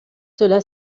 cela